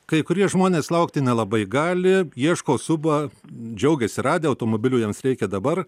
kai kurie žmonės laukti nelabai gali ieško skuba džiaugiasi radę automobilio jiems reikia dabar